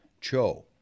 Cho